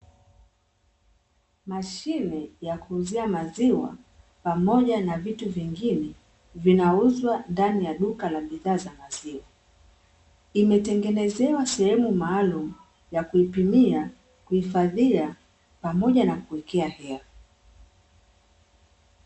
Mashine ya kuuzia maziwa, pamoja na vitu vingine vinauzwa ndani ya duka la bidhaa za maziwa. Imetengenezewa sehemu maalumu ya kuipimia, kuhifadhia, pamoja na kuwekea hela.